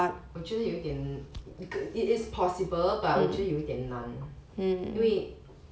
我觉得有一点 it is possible but 我觉得有点难因为